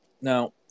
Now